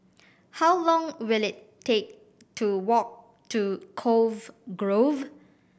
how long will it take to walk to Cove Grove